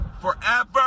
forever